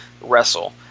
wrestle